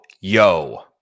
yo